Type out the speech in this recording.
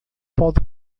pode